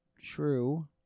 True